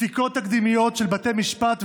פסיקות תקדימיות של בתי משפט,